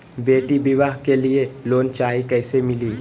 बेटी ब्याह के लिए लोन चाही, कैसे मिली?